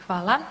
Hvala.